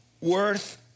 worth